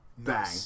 Bang